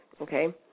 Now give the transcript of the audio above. okay